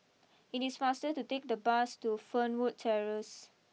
it is faster to take the bus to Fernwood Terrace